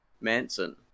Manson